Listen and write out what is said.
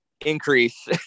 increase